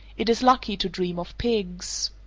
it is lucky to dream of pigs.